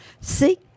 See